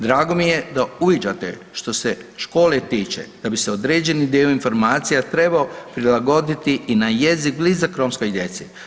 Drago mi je da uviđate što se škole tiče da bi se određeni dio informacija trebao prilagoditi i na jezik blizak romskoj djeci.